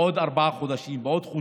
בעוד ארבעה חודשים,